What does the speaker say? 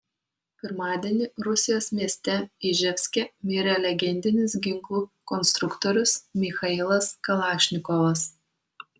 pirmadienį rusijos mieste iževske mirė legendinis ginklų konstruktorius michailas kalašnikovas